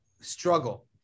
Struggle